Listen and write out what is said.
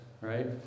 right